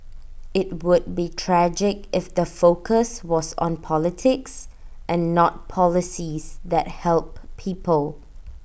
IT would be tragic if the focus was on politics and not policies that help people